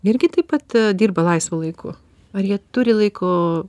irgi taip pat dirba laisvu laiku ar jie turi laiko